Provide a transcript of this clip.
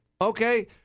Okay